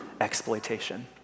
exploitation